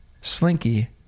slinky